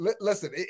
Listen